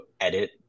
edit